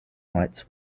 lights